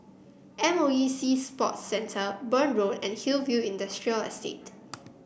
M O E Sea Sports Centre Burn Road and Hillview Industrial Estate